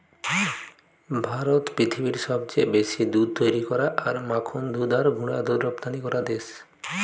ভারত পৃথিবীর সবচেয়ে বেশি দুধ তৈরী করা আর মাখন দুধ আর গুঁড়া দুধ রপ্তানি করা দেশ